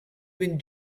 been